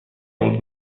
old